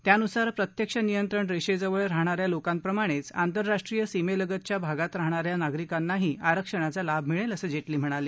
त्यानुसार प्रत्यक्ष नियंत्रण रेषेजवळ राहणाऱ्या लोकांप्रमाणेच आंतरराष्ट्रीय सीमेलगतच्या भागात राहणाऱ्या नागरिकांनाही आरक्षाणाचा लाभ मिळेल असं जेटली म्हणाले